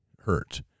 hurt